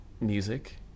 music